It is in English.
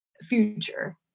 future